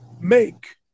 make